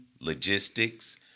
logistics